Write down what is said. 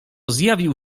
zjawił